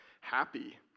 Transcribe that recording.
happy